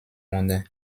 mondain